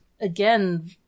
again